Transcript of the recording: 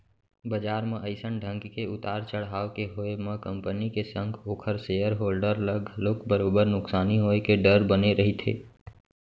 बजार म अइसन ढंग के उतार चड़हाव के होय म कंपनी के संग ओखर सेयर होल्डर ल घलोक बरोबर नुकसानी होय के डर बने रहिथे